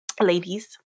ladies